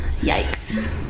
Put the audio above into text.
Yikes